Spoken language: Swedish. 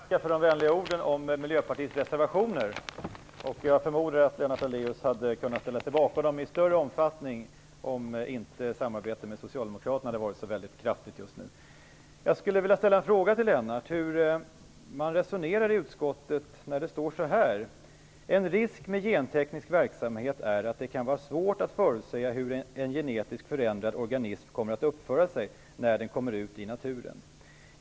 Fru talman! Först får jag tacka för de vänliga orden om Miljöpartiets reservationer. Jag förmodar att Lennart Daléus hade kunnat ställa sig bakom dem i större omfattning om samarbetet med Socialdemokraterna inte hade varit så kraftigt just nu. Jag skulle vilja ställa en fråga till Lennart Daléus hur man resonerar i utskottet beträffande det som står i betänkandet. "En risk med genteknisk verksamhet är att det kan vara svårt att förutsäga hur en genetiskt förändrad organism kommer att uppföra sig när den kommer ut i naturen.